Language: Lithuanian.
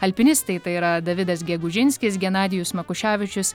alpinistai tai yra davidas gegužinskis genadijus makuševičius